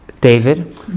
David